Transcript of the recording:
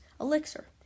Elixir